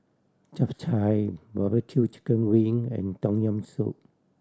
Chap Chai barbecue chicken wing and Tom Yam Soup